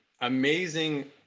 amazing